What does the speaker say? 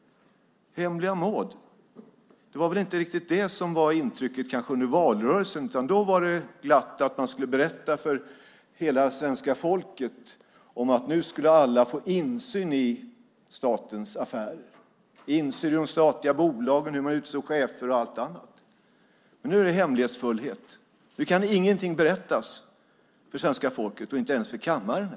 Hemliga Maud - det var inte riktigt intrycket under valrörelsen, utan då var det glatt. Man berättade för hela svenska folket att nu skulle alla få insyn i statens affärer, i de statliga bolagen, i hur man utser chefer och allt annat. Men nu är det hemlighetsfullt. Nu kan ingenting berättas för svenska folket och inte ens för kammaren.